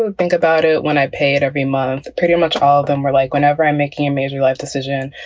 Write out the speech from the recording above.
and think about it when i pay it every month, pretty much all of them were like, whenever i'm making a major life decision,